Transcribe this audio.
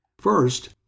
First